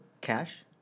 Cash